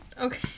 Okay